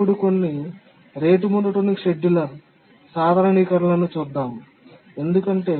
ఇప్పుడు కొన్ని rate monotonic scheduler సాధారణీకరణలను చూద్దాం ఎందుకంటే